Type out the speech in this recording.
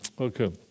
Okay